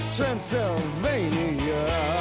Transylvania